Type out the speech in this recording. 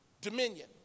Dominion